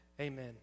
Amen